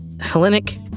Hellenic